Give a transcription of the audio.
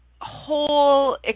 whole